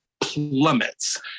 plummets